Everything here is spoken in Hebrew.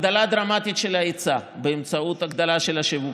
הגדלה דרמטית של ההיצע באמצעות הגדלה של השיווקים,